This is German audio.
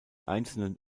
einzelnen